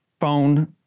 phone